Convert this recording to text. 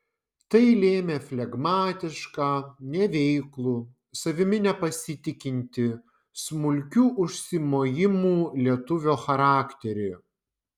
tai lėmė flegmatišką neveiklų savimi nepasitikintį smulkių užsimojimų lietuvio charakterį